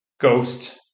ghost